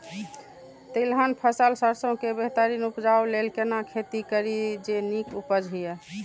तिलहन फसल सरसों के बेहतरीन उपजाऊ लेल केना खेती करी जे नीक उपज हिय?